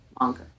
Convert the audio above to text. longer